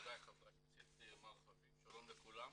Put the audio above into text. נכבדי חברי הכנסת, מר חביב, שלום לכולם.